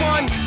One